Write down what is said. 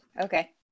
Okay